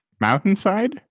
Mountainside